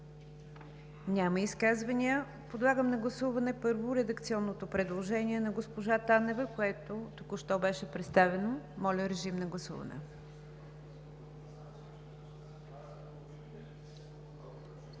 други изказвания? Няма. Подлагам на гласуване първо редакционното предложение на госпожа Танева, което току-що беше представено, за заличаване